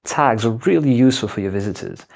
tags are really useful for your visitors,